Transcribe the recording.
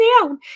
down